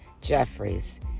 Jeffries